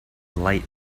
light